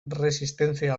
resistencia